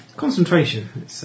concentration